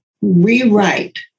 rewrite